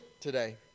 today